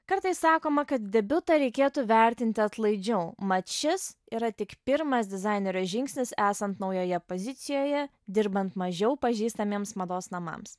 kartais sakoma kad debiutą reikėtų vertinti atlaidžiau mat šis yra tik pirmas dizainerio žingsnis esant naujoje pozicijoje dirbant mažiau pažįstamiems mados namams